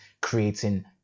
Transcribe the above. creating